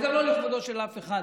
זה גם לא לכבודו של אף אחד.